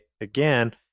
again